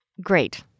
Great